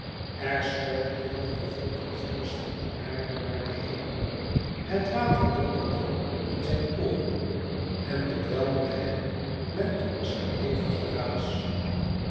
er schoten heldere vonken vuurs van de aarde naar den hemel het water donderde in zijn ooren en bedwelmde hem met zijn hevig geraas